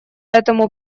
этому